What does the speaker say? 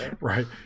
right